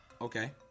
okay